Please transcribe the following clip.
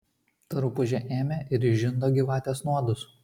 ta rupūžė ėmė ir išžindo gyvatės nuodus